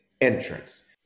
entrance